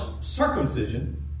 circumcision